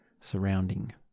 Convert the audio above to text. surrounding